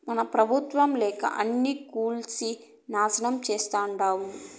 మన పెబుత్వం లెక్క అన్నీ కూల్సి నాశనం చేసేట్టుండావ్